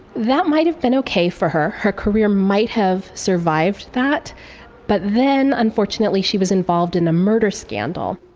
that might have been ok for her, her career might have survived that but then unfortunately she was involved in a murder scandal.